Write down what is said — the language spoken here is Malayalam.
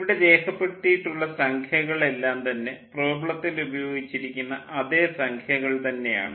ഇവിടെ രേഖപ്പെടുത്തിയിട്ടുള്ള സംഖ്യകൾ എല്ലാം തന്നെ പ്രോബ്ലത്തിൽ ഉപയോഗിച്ചിരിക്കുന്ന അതേ സംഖ്യകൾ തന്നെയാണ്